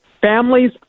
families